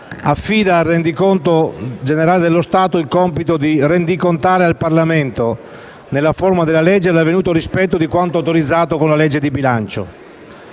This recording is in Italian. affida al Rendiconto generale dello Stato il compito di rendicontare al Parlamento, nella forma della legge, l'avvenuto rispetto di quanto autorizzato con la legge di bilancio.